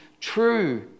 true